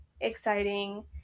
exciting